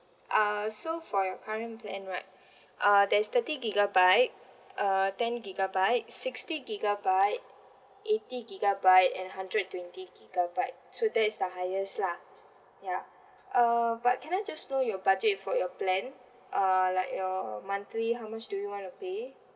uh so for your current plan right uh there's thirty gigabyte uh ten gigabyte sixty gigabyte eighty gigabyte and hundred twenty gigabyte so that is the highest lah ya uh but can I just know you budget for your plan uh like your monthly how much do you want to pay